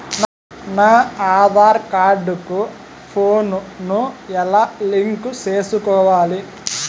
నా ఆధార్ కార్డు కు ఫోను ను ఎలా లింకు సేసుకోవాలి?